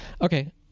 okay